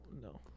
No